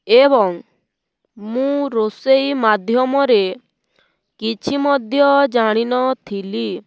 ଏବଂ ମୁଁ ରୋଷେଇ ମାଧ୍ୟମରେ କିଛି ମଧ୍ୟ ଜାଣିନଥିଲି